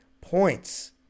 points